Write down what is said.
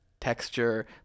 texture